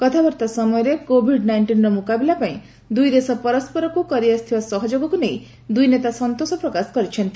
କଥାବାର୍ତ୍ତା ସମୟରେ କୋଭିଡ୍ ନାଇଷ୍ଟିନର ମୁକାବିଲା ପାଇଁ ଦୁଇଦେଶ ପରସ୍କରକୁ କରିଆସିଥିବା ସହଯୋଗକୁ ନେଇ ଦୁଇ ନେତା ସନ୍ତୋଷ ପ୍ରକାଶ କରିଛନ୍ତି